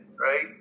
right